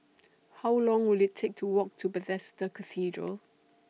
How Long Will IT Take to Walk to Bethesda Cathedral